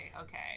okay